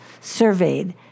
surveyed